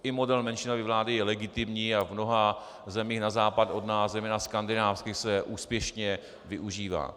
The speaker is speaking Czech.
I model menšinové vlády je legitimní a v mnoha zemích na západ od nás, zejména skandinávských, se úspěšně využívá.